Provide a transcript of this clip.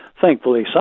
Thankfully